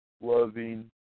loving